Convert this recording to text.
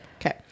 Okay